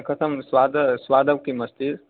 कथं स्वादं स्वादं किम् अस्ति